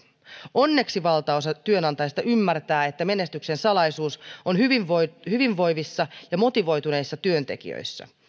onneksi valtaosa työnantajista ymmärtää että menestyksen salaisuus on hyvinvoivissa ja motivoituneissa työntekijöissä